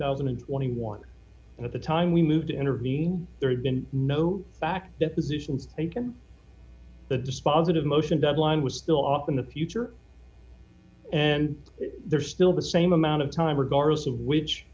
thousand and twenty one at the time we moved to intervene there had been no back deposition taken the dispositive motion deadline was still up in the future and there's still the same amount of time regardless of which